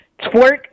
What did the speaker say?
twerk